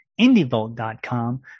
indievolt.com